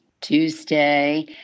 Tuesday